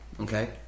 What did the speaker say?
Okay